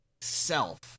self